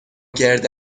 گرد